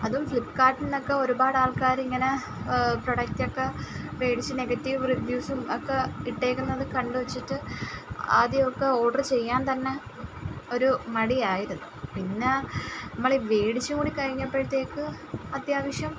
അതും ഫ്ലിപ്പ്കാർട്ടിൽ നിന്നൊക്കെ ഒരുപാട് ആൾക്കാർ ഇങ്ങനെ പ്രൊഡക്റ്റ് ഒക്കെ മേടിച്ച് നെഗറ്റീവ് റിവ്യൂസും ഒക്കെ ഇട്ടിരിക്കുന്നത് കണ്ട് വെച്ചിട്ട് ആദ്യം ഒക്കെ ഓർഡർ ചെയ്യാൻ തന്നെ ഒരു മടിയായിരുന്നു പിന്നെ നമ്മൾ മേടിച്ച് കൂടി കഴിഞ്ഞപ്പോഴത്തേക്ക് അത്യാവശ്യം